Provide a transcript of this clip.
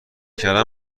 کردن